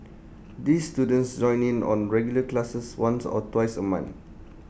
these students join in on regular classes once or twice A month